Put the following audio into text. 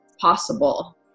possible